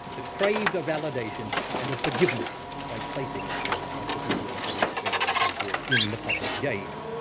that craved a validation and a forgiveness by placing itself like the people on jerry springer and so forth, in the public gaze.